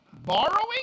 Borrowing